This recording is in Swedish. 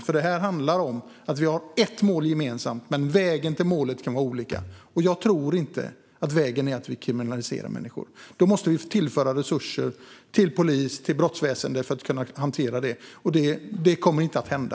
Vi har ett gemensamt mål, men vägen till målet kan vara olika. Jag tror inte att vägen är att kriminalisera människor. I så fall måste polis och rättsväsen tillföras resurser för att kunna hantera detta, och det kommer inte att hända.